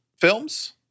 films